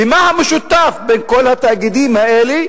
ומה המשותף בין כל התאגידים האלה